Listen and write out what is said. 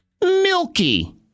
Milky